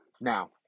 Now